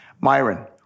Myron